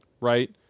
right